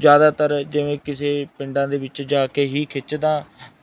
ਜ਼ਿਆਦਾਤਰ ਜਿਵੇਂ ਕਿਸੇ ਪਿੰਡਾਂ ਦੇ ਵਿੱਚ ਜਾ ਕੇ ਹੀ ਖਿੱਚਦਾ